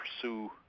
pursue